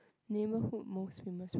neighbourhood most famous food